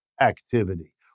activity